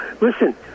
listen